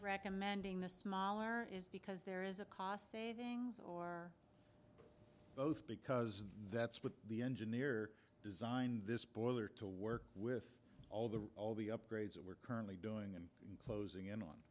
recommending the smaller is because there is a cost savings or both because that's what the engineer designed this boiler to work with all the all the upgrades that we're currently doing and in closing in on